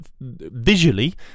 visually